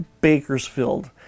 Bakersfield